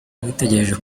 witegereje